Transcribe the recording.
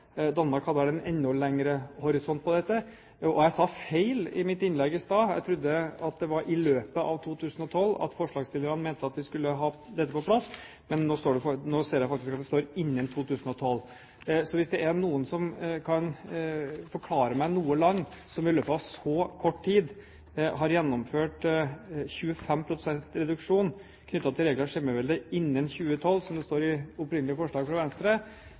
Danmark hadde en enda lengre horisont på dette. Jeg sa feil i mitt innlegg i stad. Jeg trodde det var i løpet av 2012 at forslagsstillerne mente at vi skulle ha dette på plass, men nå ser jeg at det står innen 2012. Hvis det er noen som kan fortelle meg om noe land som i løpet av så kort tid har gjennomført 25 pst. reduksjon «knyttet til regler og skjemavelde innen 2012», som det står i det opprinnelige forslaget fra Venstre,